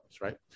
right